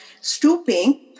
stooping